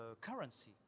currency